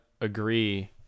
agree